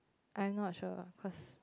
I'm not sure cause